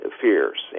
fears